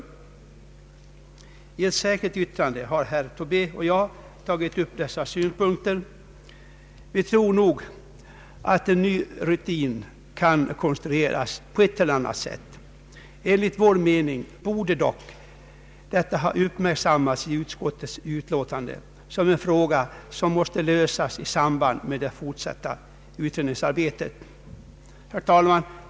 I ett särskilt yttrande har herr Tobé och jag tagit upp dessa synpunkter. Vi tror att en ny rutin kan konstrueras på ett eller annat sätt. Enligt vår mening borde dock detta ha uppmärksammats i utskottets utlåtande såsom ett problem, som måste lösas i samband med det fortsatta utredningsarbetet. Herr talman!